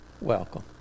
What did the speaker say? welcome